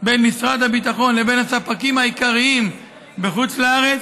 בין משרד הביטחון לבין הספקים העיקריים בחוץ לארץ